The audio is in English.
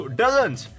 dozens